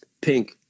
Pink